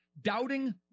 Doubting